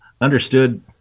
understood